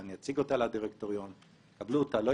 אין שום פסול בהקמת ועדה אקזקוטיבית בדירקטוריון של חברה --- אדוני,